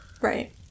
Right